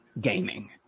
gaming